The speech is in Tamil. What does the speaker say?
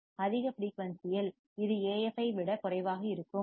அதிக ஃபிரீயூன்சியில் இது AF ஐ விட குறைவாக இருக்கும்